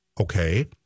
okay